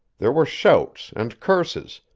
there were shouts and curses,